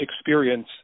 experience